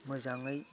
मोजाङै